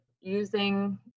using